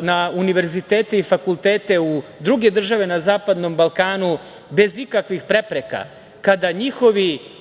na univerzitete i fakultete u druge države na Zapadnom Balkanu bez ikakvih prepreka, kada njihovi